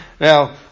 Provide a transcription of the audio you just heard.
Now